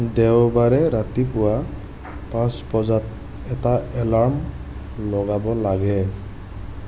দেওবাৰে ৰাতিপুৱা পাঁচ বজাত এটা এলাৰ্ম লগাব লাগে